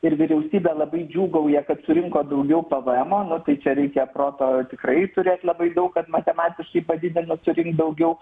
ir vyriausybė labai džiūgauja kad surinko daugiau pvemo nu tai čia reikia proto tikrai turėt labai daug kad matematiškai padidinus surinkt daugiau